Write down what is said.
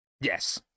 Yes